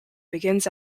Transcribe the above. begins